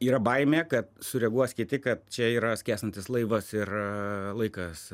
yra baimė kad sureaguos kiti kad čia yra skęstantis laivas ir laikas